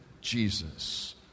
Jesus